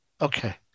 okay